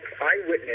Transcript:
eyewitness